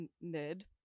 mid